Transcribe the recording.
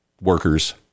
workers